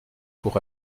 pour